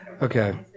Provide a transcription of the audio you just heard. Okay